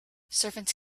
servants